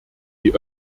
die